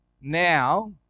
now